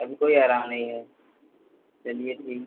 अभी कोई आराम नहीं है चलिए ठीक है